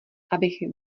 abych